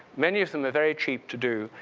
many of them are very cheap to do,